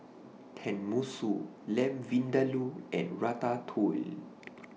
Tenmusu Lamb Vindaloo and Ratatouille